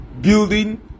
building